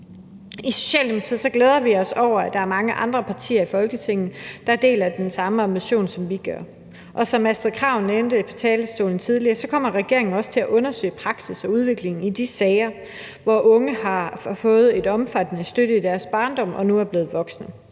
I Socialdemokratiet glæder vi os over, at der er mange andre partier i Folketinget, der deler den samme ambition, som vi har. Som social- og ældreministeren nævnte på talerstolen tidligere, kommer regeringen også til at undersøge praksis og udviklingen i de sager, hvor unge har fået en omfattende støtte i deres barndom og nu er blevet voksne.